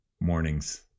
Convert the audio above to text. Mornings